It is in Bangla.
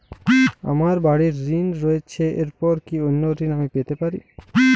আমার বাড়ীর ঋণ রয়েছে এরপর কি অন্য ঋণ আমি পেতে পারি?